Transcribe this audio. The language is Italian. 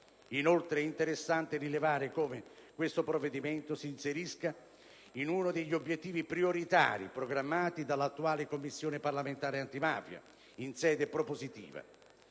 Inoltre, è interessante rilevare come questo provvedimento si inserisca in uno degli obiettivi prioritari programmati dall'attuale Commissione parlamentare antimafia in sede propositiva: